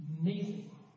amazing